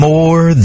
More